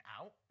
out